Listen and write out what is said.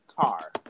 tar